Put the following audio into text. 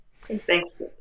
Thanks